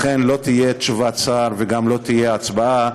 לכן לא תהיה תשובת שר וגם לא תהיה הצבעה,